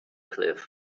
cliff